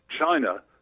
China